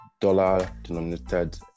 dollar-denominated